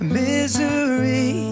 misery